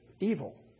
evil